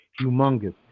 humongous